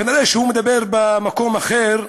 כנראה הוא מדבר על מקום אחר,